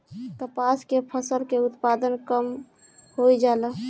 कपास के फसल के उत्पादन कम होइ जाला?